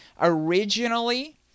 originally